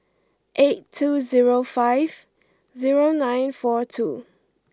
eight two zero five zero nine four two